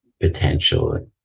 potential